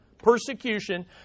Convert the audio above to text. Persecution